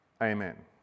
Amen